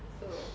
I'm here